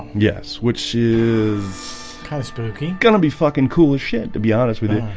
yes, which is gonna be fucking coolest shit to be honest with